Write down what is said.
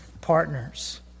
partners